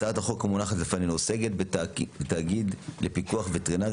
הצעת החוק המונחת בפנינו עוסקת בתאגיד לפיקוח וטרינרי